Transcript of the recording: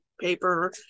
paper